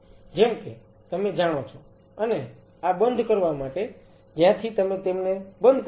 જેમ કે તમે જાણો છો અને આ બંધ કરવા માટે છે જ્યાથી તમે તેમને બંધ કરો છો